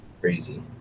Crazy